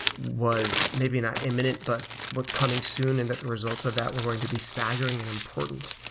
was maybe not imminent, but but coming soon and that the results are that we're going to be staggering and important.